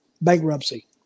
bankruptcy